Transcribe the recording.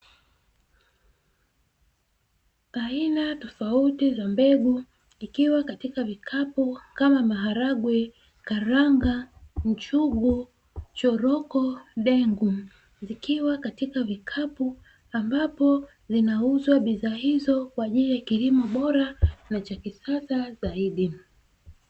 Aina tofauti za mbegu ikiwa katika vikapu kama; maharagwe, karanga, njugu, choroko, dengu zikiwa katika vikapu ambapo zinauzwa bidhaa hizo kwa ajili ya kilimo bora na cha kisasa zaidi.